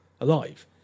alive